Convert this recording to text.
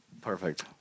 Perfect